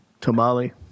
tamale